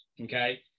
okay